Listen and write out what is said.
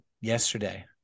yesterday